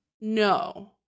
No